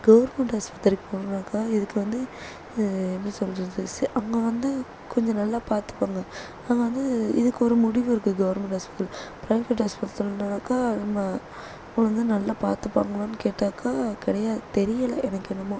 government ஹாஸ்ப்பித்திரிக்கு போனாக்கால் இதுக்கு வந்து எப்படி சொல்கிறது சே அங்கே வந்து கொஞ்சம் நல்லா பார்த்துப்பாங்க அங்கே வந்து இதுக்கு ஒரு முடிவு இருக்குது கவர்மெண்ட் ஹாஸ்ப்பிட்டல் ப்ரைவெட் ஹாஸ்ப்பிட்டல் போனாக்கால் நம்ம ஒழுங்காக நல்லா பார்த்துப்பாங்களோனு கேட்டாக்கால் கிடையாது தெரியலை எனக்கு என்னமோ